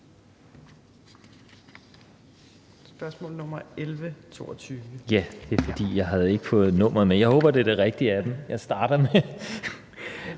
Kim Valentin (V): Ja, det er, fordi jeg ikke havde fået nummeret med. Jeg håber, det er det rigtige af dem, at jeg starter med: